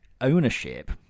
ownership